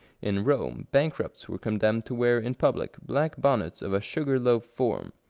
in rome, bankrupts were condemned to wear in public black bonnets of a sugar-loaf form.